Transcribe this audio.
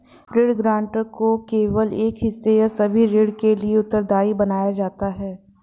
ऋण गारंटर को केवल एक हिस्से या सभी ऋण के लिए उत्तरदायी बनाया जाता है